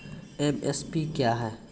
MSP क्या है?